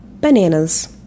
bananas